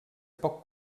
poc